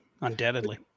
undoubtedly